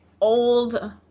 old